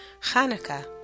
Hanukkah